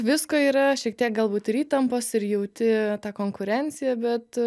visko yra šiek tiek galbūt ir įtampos ir jauti tą konkurenciją bet